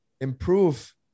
improve